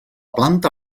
planta